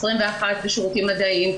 21% בשירותים מדעיים,